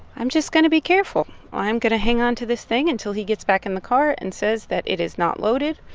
i'm just going to be careful. i'm going to hang onto this thing until he gets back in the car and says that it is not loaded.